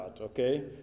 okay